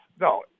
no